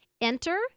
Enter